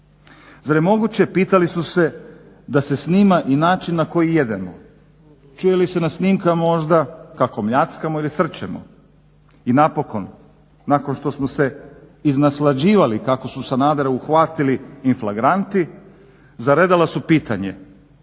Zar je moguće, pitali su se, da se snima i način na koji jedemo? Čuje li se na snimkama možda kako mljackamo i srčemo? I napokon, nakon što smo se iznaslađivali kako su Sanadera uhvatili in flagranti zaredala su pitanja,